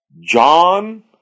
John